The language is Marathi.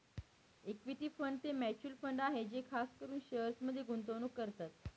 इक्विटी फंड ते म्युचल फंड आहे जे खास करून शेअर्समध्ये गुंतवणूक करतात